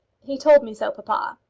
he told me so, papa.